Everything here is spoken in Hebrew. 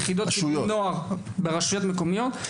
יחידות של נוער ברשויות המקומיות.